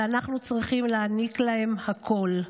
ואנחנו צריכים להעניק להם הכול.